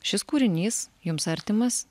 šis kūrinys jums artimas